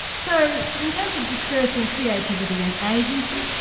so in terms of dispersing creativity and agency,